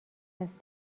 است